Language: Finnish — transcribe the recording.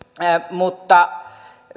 mutta